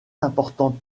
importantes